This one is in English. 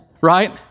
right